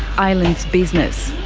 islands business.